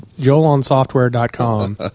joelonsoftware.com